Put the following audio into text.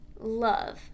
love